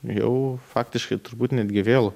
jau faktiškai turbūt netgi vėl